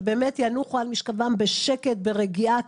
שבאמת ינוחו על משכבם בשקט וברגיעה,